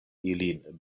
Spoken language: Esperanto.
ilin